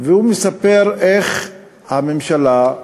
הוא מספר איך הממשלה,